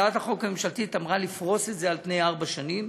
הצעת החוק הממשלתית אמרה לפרוס את זה על פני ארבע שנים